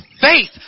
faith